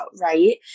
right